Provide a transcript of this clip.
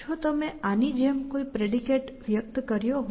જો તમે આની જેમ કોઈ પ્રેડિકેટ વ્યક્ત કર્યો હોય